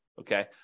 Okay